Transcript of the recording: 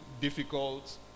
difficult